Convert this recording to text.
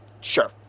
Sure